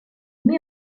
met